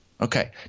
Okay